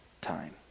time